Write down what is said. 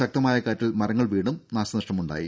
ശക്തമായ കാറ്റിൽ മരങ്ങൾ വീണും നാശനഷ്ടം ഉണ്ടായി